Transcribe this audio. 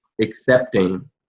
accepting